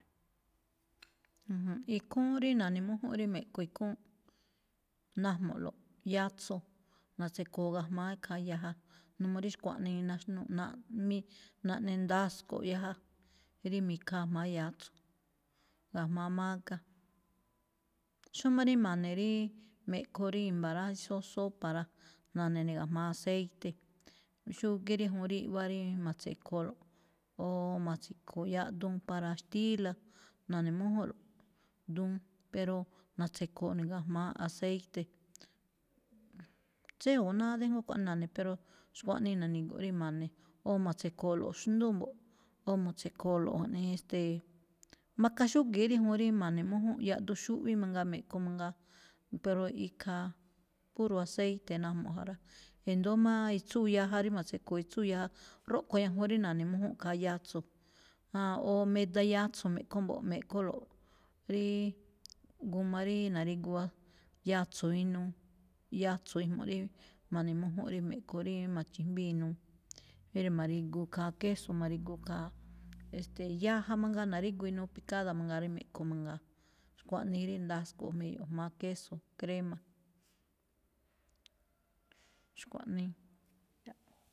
Ikhúúnꞌ rí na̱ne̱mújúnꞌ rí me̱ꞌkho ikhúún, najmulo̱ꞌ yatso̱, na̱tse̱kho̱o̱ ga̱jma̱á ikhaa yaja, n uu rí xkuaꞌnii naxnúꞌ-naꞌ mí naꞌne ndasko̱ꞌ yaja, rí mi̱khaa jma̱á yatso̱ ga̱jma̱á mágá. Xómá rí ma̱ne̱ ríí me̱ꞌkho rí i̱mba̱ rá, xóo sopa rá, na̱ne̱ ne̱ ga̱jma̱á aceite, xúgíí rí juun rí i̱ꞌwá rí ma̱tse̱kho̱o̱lo̱ꞌ, o ma̱tse̱kho̱o̱ yaꞌduun para xtíla̱, na̱ne̱mújúnꞌlo̱ꞌ duun, pero na̱tse̱kho̱o̱ ne̱ ga̱jma̱á aceite. Tséyo̱o̱ náá dí jngó kuaꞌnii na̱ne̱, pero xkuaꞌnii na̱ni̱gu̱ꞌ rí ma̱ne̱, o ma̱tse̱kho̱o̱lo̱ꞌ xndú mbo̱ꞌ, o mu̱tse̱kho̱o̱lo̱ꞌ ja̱ꞌnii, e̱ste̱e̱, maka xúgi̱í rí juun rí ma̱ne̱mújúnꞌ yaꞌduun xúꞌví mangaa me̱ꞌkho mangaa, pero ikhaa puro aceite najmuꞌ ja rá. E̱ndo̱ó má itsúu yaja rí me̱tse̱kho̱o̱ itsúu yaja, rúꞌkhu̱en ñajuun rí na̱ne̱mújúnꞌ khaa yatso̱, aan, o meda yatso̱ me̱ꞌkho mbo̱ꞌ, me̱kholo̱ꞌ ríí g a ríí na̱rigu a- yatso̱ inuu. Yatso̱ ijmuꞌ rí ma̱nemújúnꞌ rí me̱ꞌkho rí ma̱chi̱jmbíi inuu, pero ma̱rigu khaa queso, ma̱rigu khaa, e̱ste̱e̱, yaja mangaa na̱rígu inuu picada mangaa rí me̱ꞌkho mangaa. Xkuaꞌnii rí ndasko̱ꞌ jmiyu̱ꞌ jma̱á queso, crema. Xkuaꞌnii.